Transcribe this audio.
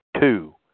Two